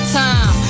time